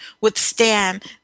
withstand